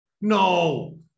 No